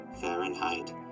Fahrenheit